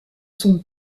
son